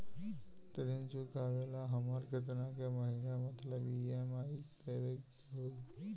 ऋण चुकावेला हमरा केतना के महीना मतलब ई.एम.आई देवे के होई?